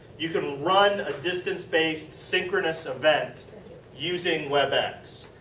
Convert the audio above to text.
you can run a distance based synchronous event using webex.